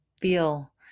feel